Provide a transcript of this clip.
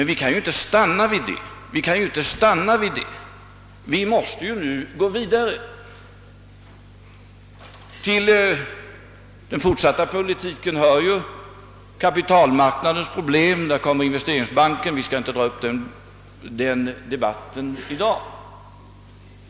Vi kan emellertid inte stanna vid det. Vi måste gå vidare. Till den fortsatta politiken hör ju kapitalmarknadsproblemet. Där kommer investeringsbanken in i bilden. Jag skall inte dra upp en debatt om den i dag.